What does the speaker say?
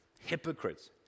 Hypocrites